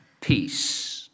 peace